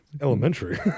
Elementary